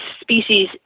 species